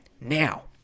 Now